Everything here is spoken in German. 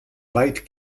weit